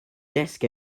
desk